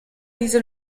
diese